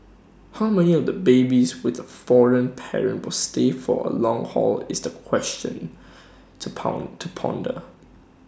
how many of the babies with A foreign parent will stay for A long haul is the question to pound to ponder